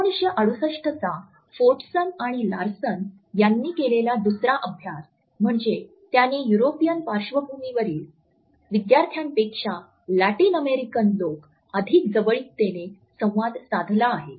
१९६८ चा फोर्टसन आणि लार्सन यांनी केलेला दुसरा अभ्यास म्हणजे त्याने युरोपियन पार्श्वभूमीवरील विद्यार्थ्यांपेक्षा लॅटिन अमेरिकन लोक अधिक जवळीकतेने संवाद साधला आहे